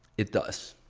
it does.